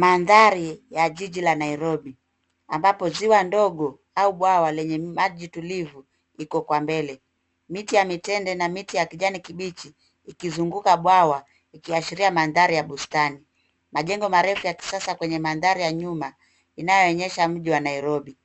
Mandhari ya jiji la Nairobi ambapo ziwa ndogo au bwawa lenye maji tulivu liko kwa mbele. Miti ya mitende na miti ya kijani kibichi ikizunguka bwawa ikishiria mandhari ya bustani. Majengo marefu ya kisasa kwenye mandhari ya nyuma, inayoonyesha mji wa Nairobi.